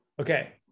Okay